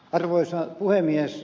arvoisa puhemies